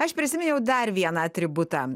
aš prisiminiau dar vieną atributą